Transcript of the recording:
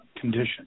condition